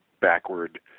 backward